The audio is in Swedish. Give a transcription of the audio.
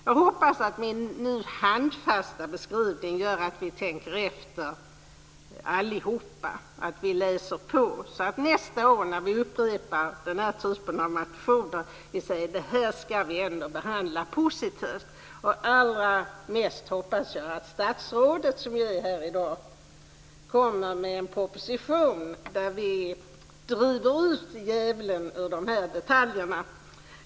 Jag hoppas att min handfasta beskrivning gör att vi alla tänker efter, att vi läser på, så att vi nästa år när vi upprepar den här typen av motioner säger att vi ska behandla det här positivt. Allra mest hoppas jag att statsrådet, som är här i dag, kommer med en proposition där vi driver ut djävulen ur dessa detaljer.